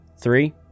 three